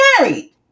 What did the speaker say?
married